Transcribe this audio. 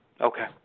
Okay